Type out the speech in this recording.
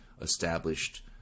established